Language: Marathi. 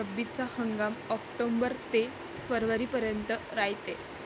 रब्बीचा हंगाम आक्टोबर ते फरवरीपर्यंत रायते